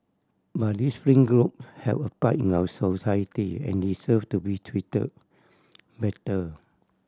but these fringe group have a part in our society and deserve to be treated better